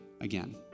again